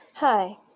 Hi